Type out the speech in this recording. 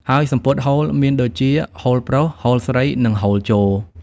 ហើយសំពត់ហូលមានដូចជា ហូលប្រុស, ហូលស្រី និងហូលជរ។